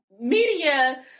media